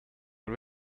but